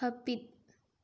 ᱦᱟᱯᱤᱫ